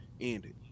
ended